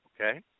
Okay